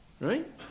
Right